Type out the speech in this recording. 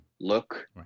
look